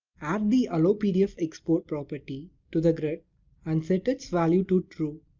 add the allowpdfexport property to the grid and set its value to true.